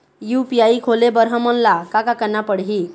UPI खोले बर हमन ला का का करना पड़ही?